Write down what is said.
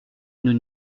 nous